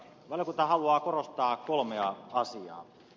valiokunta haluaa korostaa kolmea asiaa